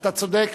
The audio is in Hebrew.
צודק,